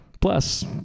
Plus